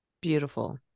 Beautiful